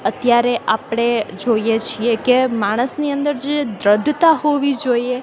અત્યારે આપણે જોઈએ છીએ કે માણસની અંદર જે દ્રઢતા હોવી જોઈએ